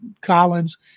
Collins